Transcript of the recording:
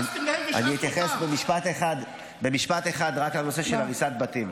הרסתם להן --- אני אתייחס במשפט אחד רק לנושא של הריסת בתים.